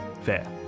fair